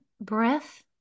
breath